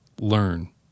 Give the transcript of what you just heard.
Learn